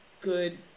good